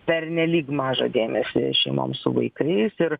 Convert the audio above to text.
pernelyg mažą dėmesį šeimoms su vaikais ir